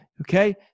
okay